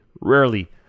rarely